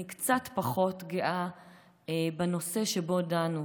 אני גאה קצת פחות בנושא שבו דנו,